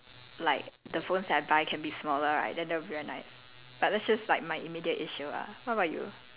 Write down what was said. like the phones that I buy can be smaller right then that would be very nice but that's just like my immediate issue ah what about you